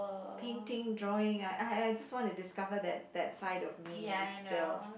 painting drawing I I I just want to discover that that side of me still